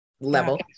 level